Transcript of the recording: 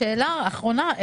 שאלה אחרונה.